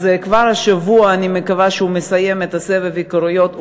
אז כבר השבוע אני מקווה שהוא מסיים את סבב ההיכרויות,